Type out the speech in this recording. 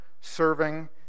serving